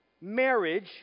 marriage